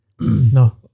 no